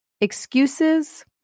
Excuses